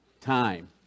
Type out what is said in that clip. time